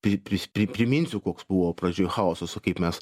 pri pris pri priminsiu koks buvo pradžioj chaosas o kaip mes